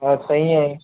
ہاں صحیح ہے